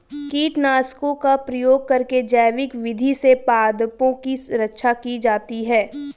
कीटनाशकों का प्रयोग करके जैविक विधि से पादपों की रक्षा की जाती है